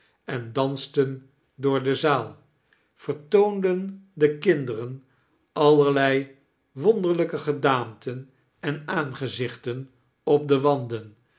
en dansten door de zaal vertoonden den kinderen allerlei wonderlijke gedaanteh en aangezichtan op de wanden